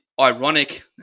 ironic